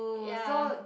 ya